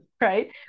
right